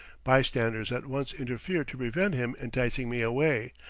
bystanders at once interfere to prevent him enticing me away,